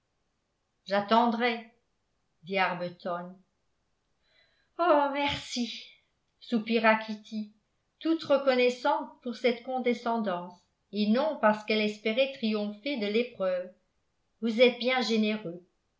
j'attendrai dit arbuton oh merci soupira kitty toute reconnaissante pour cette condescendance et non parce qu'elle espérait triompher de l'épreuve vous êtes bien généreux